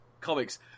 comics